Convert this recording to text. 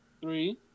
three